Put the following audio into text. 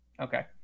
Okay